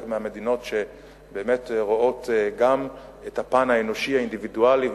מהמדינות שבאמת רואות גם את הפן האנושי האינדיבידואלי,